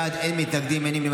אין מתנגדים, אין נמנעים.